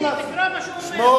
הנה, תקרא מה שהוא אומר.